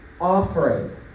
offering